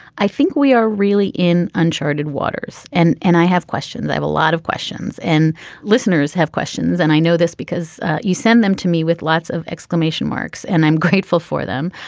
i think we are really in uncharted waters and and i have questions i have a lot of questions and listeners have questions and i know this because you send them to me with lots of exclamation marks and i'm grateful for them.